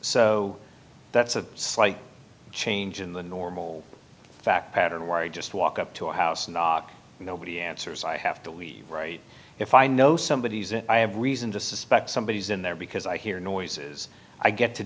so that's a slight change in the normal fact pattern where you just walk up to a house and knock and nobody answers i have to leave right if i know somebody i have reason to suspect somebody is in there because i hear noises i get to